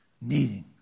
needing